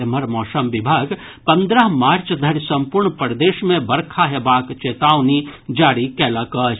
एम्हर मौसम विभाग पन्द्रह मार्च धरि सम्पूर्ण प्रदेश मे बरखा हेबाक चेतावनी जारी कयलक अछि